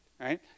Right